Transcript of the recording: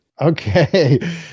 Okay